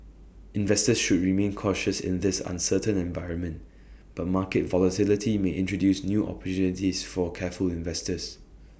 investors should remain cautious in this uncertain environment but market volatility may introduce new opportunities for careful investor